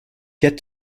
yet